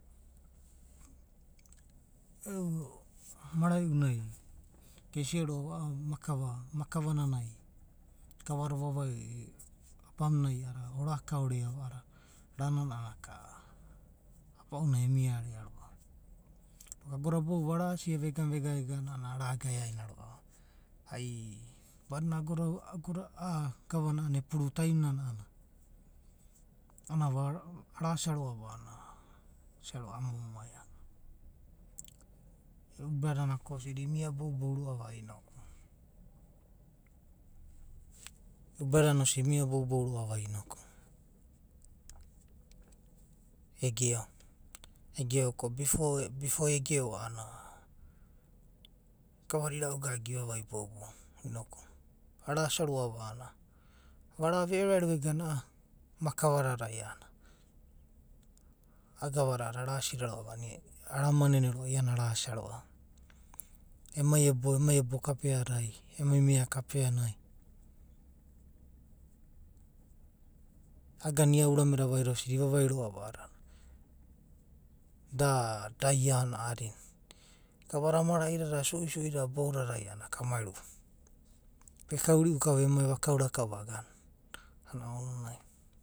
maraiunai gesiaroa’va da maka vananai gava da ova vai abamunai a’a dada ora kaorea’va a’adada rananka a’anana abaunai emi rea’va. Ago da boudada vegena, vegena a’anana a’rageaina roa’va. Ai, badinana, agoda. agoda a’a gava na epuru taim nana arasa roa’va a’anana asiaroa’va a’anana momo ai. Eu brada naka osidi imia roa’va a’anana, imia boubou inoku egeo, egeo ko bifo egeo a’anana gava da irau gaga ivavai boubou inoku. arasia roa’va a’anana, vara ve’ero vairo vegena a’a maka vananai a’a gava da a’adada araside roa’ve aramanene iana arasia roa’va. Emai ebe da, emai ebo kape ada, emai mia kapeanai iagana ia urame da vaida osidi ivavaida roa’va a’anana, da iana a. adina. gava da mere idada suisui dada boudadai vivavai a’anana kau mai rua vekauri kao veniai, vakaura kao vagana, a’anana ounanai.